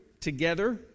together